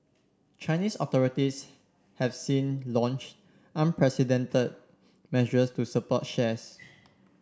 Chinese authorities have since launch unprecedented measures to support shares